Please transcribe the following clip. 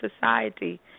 society